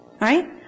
Right